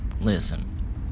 Listen